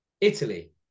Italy